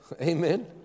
Amen